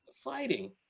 fighting